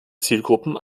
zielgruppen